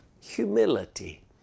humility